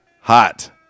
hot